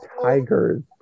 tigers